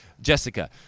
Jessica